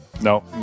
no